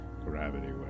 Gravity